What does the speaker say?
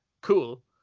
cool